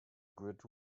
grid